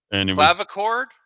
Clavichord